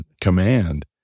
command